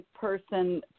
person